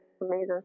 Amazing